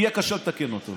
יהיה קשה לתקן אותו.